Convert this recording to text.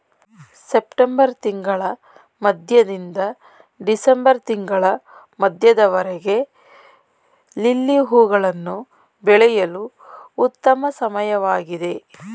September ತಿಂಗಳ ಮಧ್ಯದಿಂದ December ತಿಂಗಳ ಮಧ್ಯದವರೆಗೆ ಲಿಲ್ಲಿ ಹೂವುಗಳನ್ನು ಬೆಳೆಯಲು ಉತ್ತಮ ಸಮಯವಾಗಿದೆ